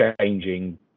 changing